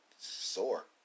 sore